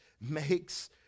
makes